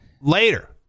later